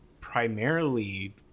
primarily